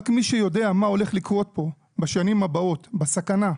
רק מי שיודע מה הולך לקרות פה בשנים הבאות בסכנה,